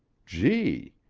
gee!